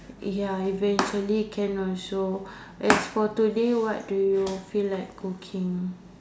ya eventually can also as for today what do you feel like cooking